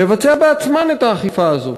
לבצע בעצמן את האכיפה הזאת.